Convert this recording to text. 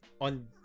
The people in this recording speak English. on